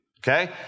Okay